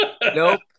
Nope